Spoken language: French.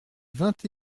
vingt